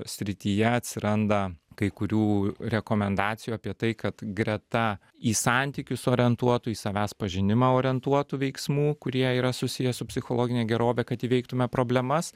srityje atsiranda kai kurių rekomendacijų apie tai kad greta į santykius orientuotų į savęs pažinimą orientuotų veiksmų kurie yra susiję su psichologine gerove kad įveiktume problemas